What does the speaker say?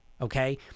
Okay